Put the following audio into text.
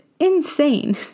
insane